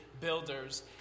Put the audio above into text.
Builders